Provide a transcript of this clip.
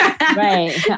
Right